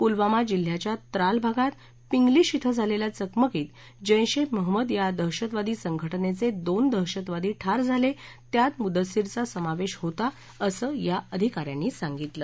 पुलवामा जिल्ह्याच्या त्राल भागात पिंगलिश क्रि झालेल्या चकमकीत जर्षीमहंमद या दहशतवादी संघटनेचे दोन दहशतवादी ठार झाले त्यात मदस्सिरचा समावेश होता असं या अधिकाऱ्यांनी सांगितलं